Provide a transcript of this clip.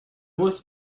was